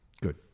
Good